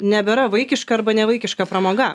nebėra vaikiška arba nevaikiška pramoga